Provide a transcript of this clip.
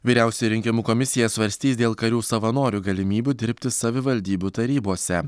vyriausioji rinkimų komisija svarstys dėl karių savanorių galimybių dirbti savivaldybių tarybose